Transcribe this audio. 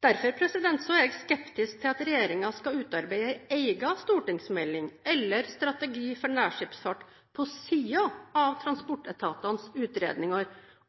Derfor er jeg skeptisk til at regjeringen skal utarbeide en egen stortingsmelding eller strategi for nærskipsfart på siden av transportetatenes utredninger